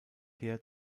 her